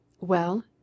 Well